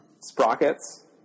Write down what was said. Sprockets